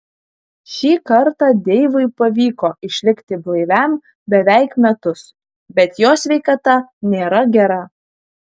šį kartą deivui pavyko išlikti blaiviam beveik metus bet jo sveikata nėra gera